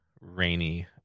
rainy